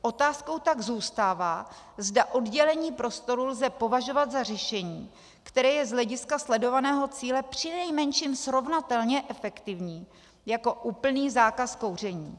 Otázkou tak zůstává, zda oddělení prostoru lze považovat za řešení, které je z hlediska sledovaného cíle přinejmenším srovnatelně efektivní jako úplný zákaz kouření.